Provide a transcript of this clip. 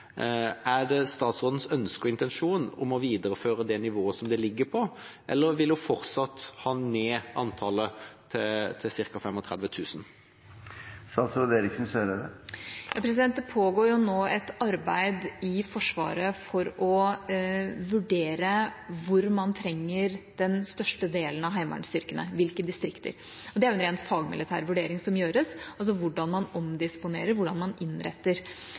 er det statsrådens ønske og intensjon å videreføre nivået som det ligger på, eller vil hun fortsatt ha ned antallet til ca. 35 000? Det pågår nå et arbeid i Forsvaret for å vurdere hvor, i hvilke distrikter, man trenger den største delen av heimevernsstyrkene. Det er en ren fagmilitær vurdering som gjøres av hvordan man omdisponerer og innretter. Så er det litt forskjell på det som er de formelle rapporteringstallene, der man